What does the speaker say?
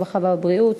הרווחה והבריאות,